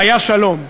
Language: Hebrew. היה שלום.